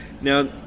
Now